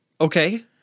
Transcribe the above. Okay